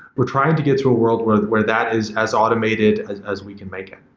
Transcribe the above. we're trying to get to a world where that where that is as automated as as we can make it.